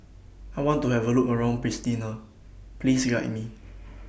I want to Have A Look around Pristina Please Guide Me